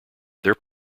their